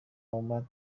اومد